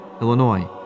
Illinois